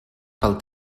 pel